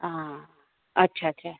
हां अच्छा अच्छा